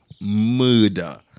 murder